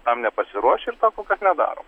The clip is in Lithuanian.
tam nepasiruošę ir to kol kas nedarom